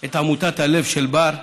את עמותת הלב של בר,